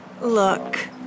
Look